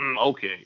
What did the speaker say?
Okay